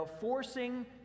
forcing